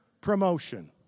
promotion